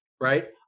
right